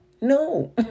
No